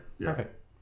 Perfect